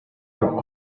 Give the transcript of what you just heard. furent